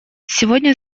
сегодня